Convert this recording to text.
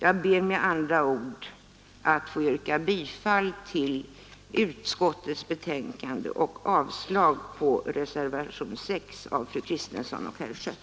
Jag ber med andra ord att få yrka bifall till utskottets hemställan och avslag på reservationen 7 av fru Kristensson och herr Schött.